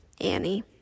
Annie